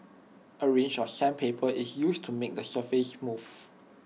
A range of sandpaper is used to make the surface smooth